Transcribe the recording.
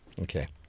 okay